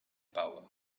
power